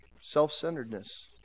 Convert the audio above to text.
Self-centeredness